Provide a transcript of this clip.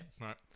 Right